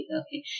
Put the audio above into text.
okay